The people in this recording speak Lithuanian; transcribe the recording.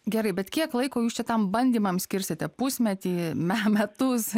gerai bet kiek laiko jūs čia tam bandymam skirsite pusmetį me metus